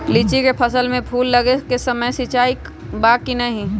लीची के फसल में फूल लगे के समय सिंचाई बा कि नही?